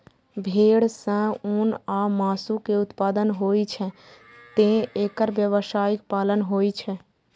भेड़ सं ऊन आ मासु के उत्पादन होइ छैं, तें एकर व्यावसायिक पालन होइ छै